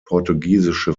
portugiesische